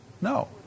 No